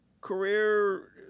career